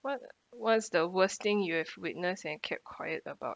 what what's the worst thing you have witnessed and kept quiet about